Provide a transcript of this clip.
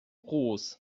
groß